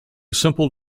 simple